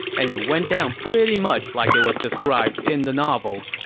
and it went down pretty much like it was described in the novel.